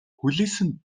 хүлээсэн